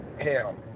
hell